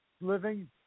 living